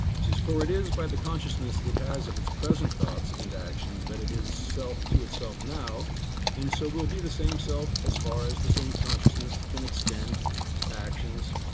he says, for it is by the consciousness it has of its present thoughts and actions that it is to itself now and so will be the same self as far as the same consciousness can extend actions,